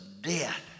death